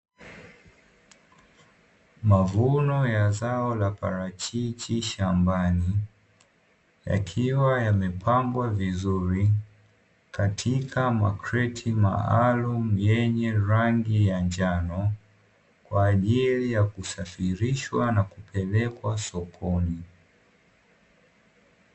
Mavuno ya zao la parachichi shambani, yakiwa yamepambwa vizuri katika makreti maalumu yenye rangi ya njano kwa ajili ya kusafirishwa na kupelekwa sokoni.